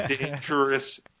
dangerous